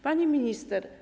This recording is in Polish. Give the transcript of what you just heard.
Pani Minister!